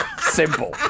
Simple